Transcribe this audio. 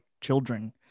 children